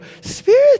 Spirit